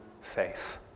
faith